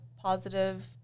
positive